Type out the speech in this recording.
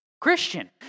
Christian